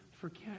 forget